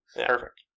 Perfect